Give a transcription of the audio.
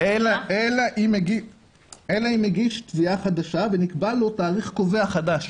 אלא אם הגיש תביעה חדשה ונקבע לו תאריך קובע חדש.